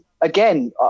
again